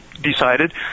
decided